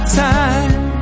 time